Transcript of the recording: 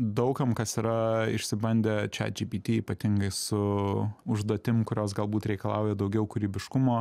daug kam kas yra išsibandę chatgpt ypatingai su užduotim kurios galbūt reikalauja daugiau kūrybiškumo